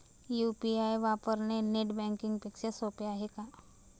UPI वापरणे net banking पेक्षा सोपे आहे का?